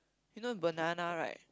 you know banana right